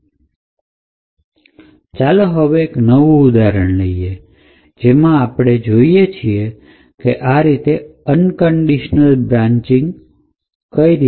તો ચાલો હવે એક નવું ઉદાહરણ લઇએ કે જેમાં આપણે જોઈએ કઈ રીતે અનકન્ડિશનલ બ્રાંચિંગ થઈ શકે